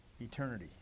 eternity